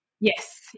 yes